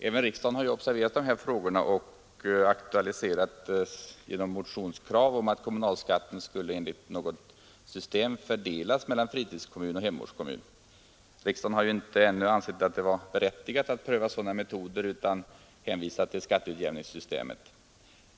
I riksdagen har dessa frågor också aktualiserats genom motionskrav på att kommunalskatten enligt ett visst system skulle fördelas mellan fritidskommunen och hemortskommunen. Riksdagen har inte ännu ansett det vara berättigat att pröva sådana metoder utan hänvisat till skatteutjämningssystemet.